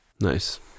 nice